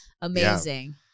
Amazing